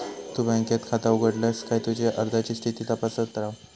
तु बँकेत खाता उघडलस काय तुझी अर्जाची स्थिती तपासत रव